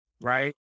right